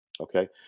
okay